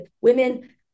women